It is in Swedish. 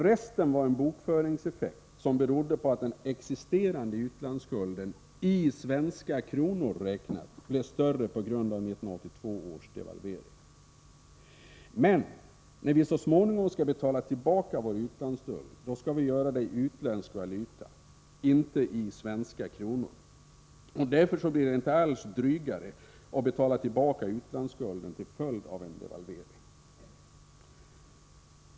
Resten var en bokföringseffekt, som berodde på att den existerande utlandsskulden, i svenska kronor räknat, blev större på grund av 1982 års devalvering. När vi så småningom skall betala tillbaka vår utlandsskuld skall vi göra det i utländsk valuta, inte i svenska kronor. Därför blir det inte alls drygare att betala tillbaka utlandsskulden till följd av en devalvering.